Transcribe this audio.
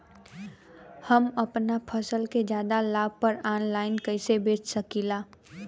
हम अपना फसल के ज्यादा लाभ पर ऑनलाइन कइसे बेच सकीला?